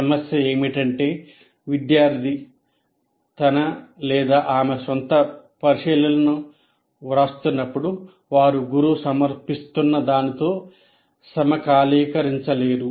సమస్య ఏమిటంటే విద్యార్థి తన ఆమె సొంత పరిశీలనలను వ్రాస్తున్నప్పుడు వారు గురువు సమర్పిస్తున్న దానితో సమకాలీకరించలేరు